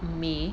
may